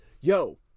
yo